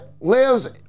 lives